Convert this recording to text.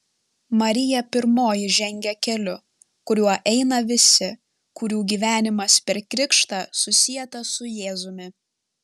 marija pirmoji žengia keliu kuriuo eina visi kurių gyvenimas per krikštą susietas su jėzumi